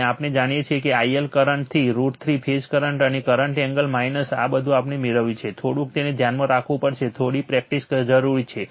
અને આપણે જાણીએ છીએ કે IL લાઇન કરંટ થી √ 3 ફેઝ કરંટ અને કરંટ એંગલ આ બધું આપણે મેળવ્યું છે થોડુંક તેને ધ્યાનમાં રાખવું પડશે થોડી પ્રેક્ટિસ જરૂરી છે